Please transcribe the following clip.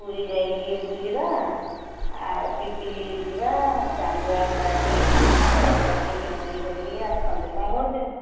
ପୁରୀ ଯାଇକି ଟିକେ ବୁଲିବା ଆଉ ପିପିଲି ଯିବା ଚାନ୍ଦୁଆ ଫାନ୍ଦୁଆ ଟିକେ କିଣିବା ବ୍ୟାଗ ଫ୍ୟାଗ ଟିକେ କିଣାକିଣି କରିକି ଆସନ୍ତେ କ'ଣ କହୁଛୁ